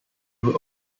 would